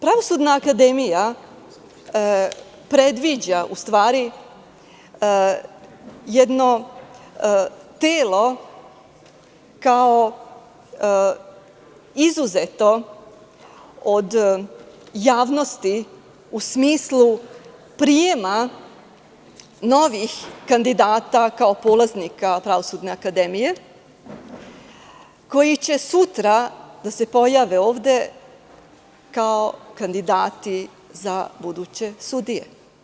Pravosudna akademija predviđa u stvari jedno telo kao izuzeto od javnosti u smislu prijema novih kandidata kao polaznika Pravosudne akademije koji će sutra da se pojave ovde kao kandidati za buduće sudije.